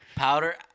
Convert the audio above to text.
Powder